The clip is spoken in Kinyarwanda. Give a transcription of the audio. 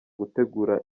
gutegura